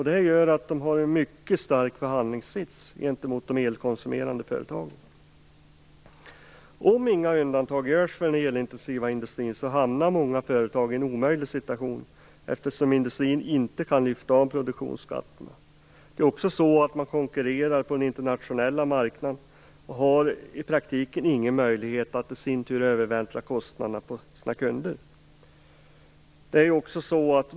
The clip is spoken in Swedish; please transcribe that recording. Det gör att de har en mycket stark förhandlingssits gentemot de elkonsumerande företagen. Om inga undantag görs för den elintensiva industrin hamnar många företag i en omöjlig situation, eftersom industrin inte kan lyfta av produktionsskatterna. Man konkurrerar på den internationella marknaden och har i praktiken ingen möjlighet i att i sin tur övervältra kostnaderna på sina kunder.